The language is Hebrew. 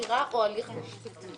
חקירה או הליך משפטי.